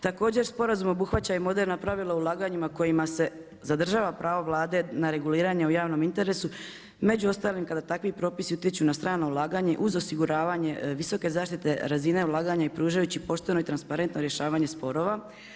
Također sporazum obuhvaća i moderna pravila ulaganjima kojima se zadržava prava Vlade na reguliranju o javnom interesu, među ostalom, kada takvi propisi utječu na strano ulaganje, uz osiguravanje visoke zaštite razine ulaganje i pružajući pošteno i transparentno rješavanje sporova.